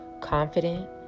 confident